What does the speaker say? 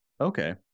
okay